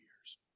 years